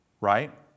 right